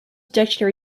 dictionary